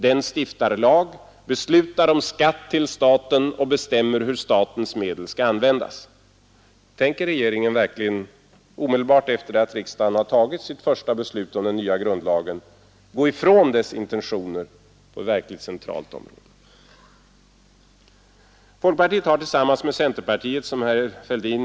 Den stiftar lag, beslutar om skatt till staten och bestämmer hur statens medel skall användas.” Tänker regeringen omedelbart efter det att riksdagen har tagit sitt första beslut om den nya grundlagen gå ifrån dess intentioner på ett verkligt centralt område?